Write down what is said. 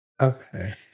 Okay